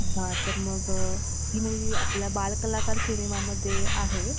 हां तर मग ही मुवी आपल्या बालकलाकार सिनेमामध्ये आहे